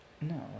No